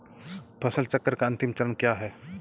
फसल चक्र का अंतिम चरण क्या है?